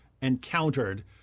encountered